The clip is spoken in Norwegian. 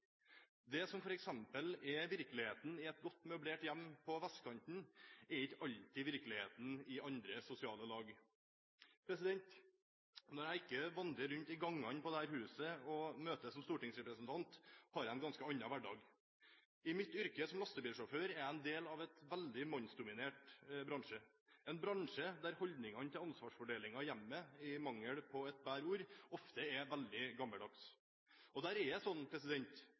Det som f.eks. er virkeligheten i et godt møblert hjem på vestkanten, er ikke alltid virkeligheten i andre sosiale lag. Når jeg ikke vandrer rundt i gangene i dette huset og møter som stortingsrepresentant, har jeg en ganske annen hverdag. I mitt yrke som lastebilsjåfør er jeg en del av en veldig mannsdominert bransje, en bransje der holdningen til ansvarsfordeling i hjemmet ofte er – i mangel på et bedre ord – veldig gammeldags. Der er det sånn